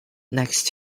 next